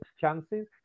chances